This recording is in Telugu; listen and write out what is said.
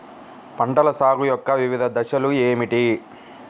పంటల సాగు యొక్క వివిధ దశలు ఏమిటి?